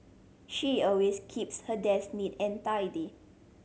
she always keeps her desk neat and tidy